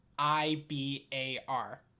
I-B-A-R